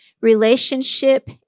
relationship